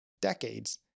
decades